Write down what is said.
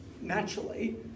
naturally